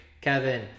Kevin